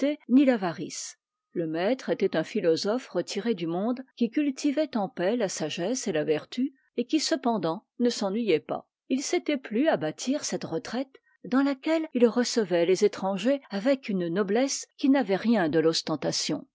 ni l'avarice le maître était un philosophe retiré du monde qui cultivait en paix la sagesse et la vertu et qui cependant ne s'ennuyait pas il s'était plu à bâtir cette retraite dans laquelle il recevait les étrangers avec une noblesse qui n'avait rien de l'ostentation